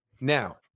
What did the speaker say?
Now